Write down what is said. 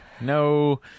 No